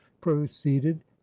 proceeded